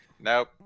Nope